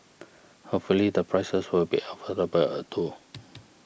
hopefully the prices will be affordable too